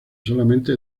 solamente